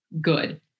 good